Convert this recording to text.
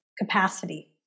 capacity